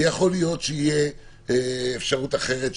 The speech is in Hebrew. ויכול להיות שתהיה אפשרות אחרת,